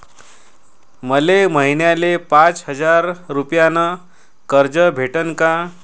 मले महिन्याले पाच हजार रुपयानं कर्ज भेटन का?